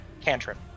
cantrip